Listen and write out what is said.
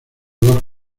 dos